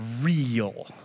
real